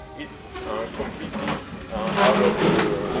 it's completely out of the,